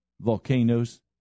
volcanoes